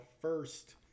first